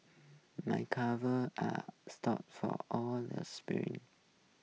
my calves are stop for all the sprints